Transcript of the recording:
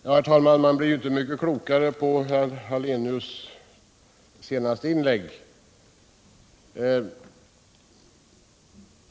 Herr talman! Man blir inte mycket klokare efter Ingemar Hallenius senaste inlägg.